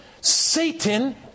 Satan